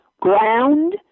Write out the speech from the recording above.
ground